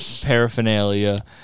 paraphernalia